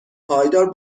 پایدار